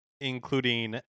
including